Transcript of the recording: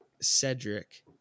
Cedric